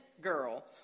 girl